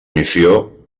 missió